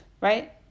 right